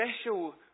special